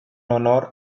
honor